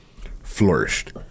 flourished